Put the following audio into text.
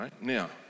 Now